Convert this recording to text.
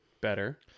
Better